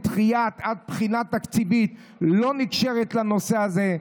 דחייה עד בחינה תקציבית לא קשורה לנושא הזה.